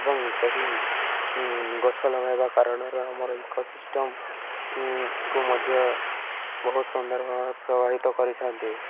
ଏବଂ ସେହି ଗଛ ଲଗାଇବା କାରଣରୁ ଆମର ଇକୋସିିଷ୍ଟମ୍ କୁ ମଧ୍ୟ ବହୁତ ସୁନ୍ଦର ଭାବେ ପ୍ରଭାବିତ କରିଛନ୍ତି